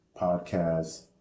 podcast